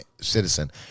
citizen